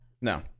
No